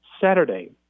Saturday